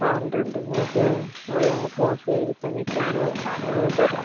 ആ ഉണ്ട് ഉണ്ട് നിങ്ങൾക്ക് അത് നമ്മൾക്ക് ഹോൾ സെയിൽ വിൽക്കാൻ വേണ്ടിയിട്ട് ഞങ്ങൾ തരാം